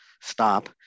stop